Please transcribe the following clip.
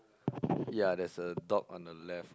ya there's a dog on the left